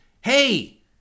Hey